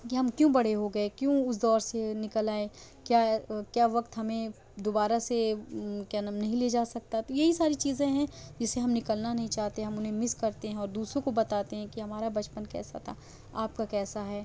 کہ ہم کیوں بڑے ہو گئے کیوں اُس دور سے نکل آئے کیا کیا وقت ہمیں دوبارہ سے کیا نام نہیں لے جا سکتا تو یہی ساری چیزیں ہیں جس سے ہم نکلنا نہیں چاہتے ہم اُنھیں مس کرتے ہیں اور دوسروں کو بتاتے ہیں کہ ہمارا بچپن کیسا تھا آپ کا کیسا ہے